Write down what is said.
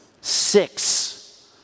Six